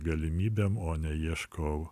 galimybėm o ne ieško